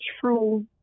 true